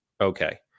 okay